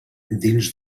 dins